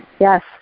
Yes